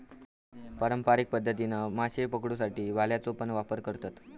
पारंपारिक पध्दतीन माशे पकडुसाठी भाल्याचो पण वापर करतत